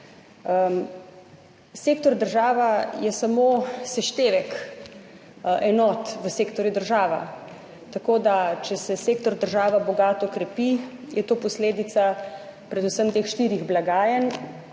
Sektor država je samo seštevek enot v sektorju država. Tako da če se sektor država bogato krepi je to posledica predvsem teh štirih blagajn.